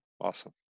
Awesome